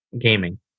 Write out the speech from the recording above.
gaming